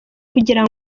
kugira